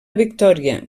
victòria